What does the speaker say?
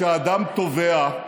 כשאדם טובע,